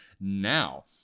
now